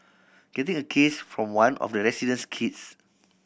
getting a kiss from one of the resident's kids